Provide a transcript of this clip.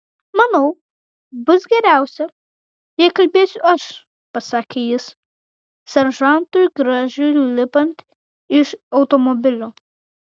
manau bus geriausia jei kalbėsiu aš pasakė jis seržantui gražiui lipant iš automobilio